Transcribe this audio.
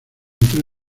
entre